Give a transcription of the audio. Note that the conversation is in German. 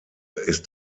ist